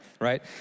right